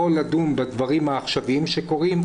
או לדון בדברים העכשוויים שקורים,